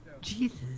Jesus